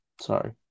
Sorry